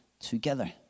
together